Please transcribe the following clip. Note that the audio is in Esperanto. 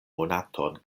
monaton